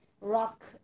rock